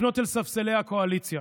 לפנות אל ספסלי הקואליציה